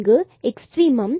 இங்கு எக்ஸ்ட்ரீமம்